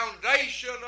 foundation